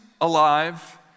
alive